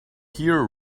here